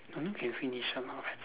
don't know can finish or not ah